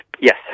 Yes